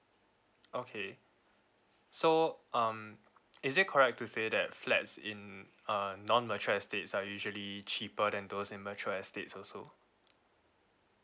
okay so um is it correct to say that flats in a non matured estates are usually cheaper than those in mature estates also